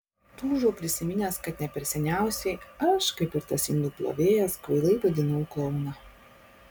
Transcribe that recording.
tūžau prisiminęs kad ne per seniausiai aš kaip ir tas indų plovėjas kvailai vaidinau klouną